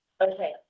okay